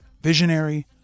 Visionary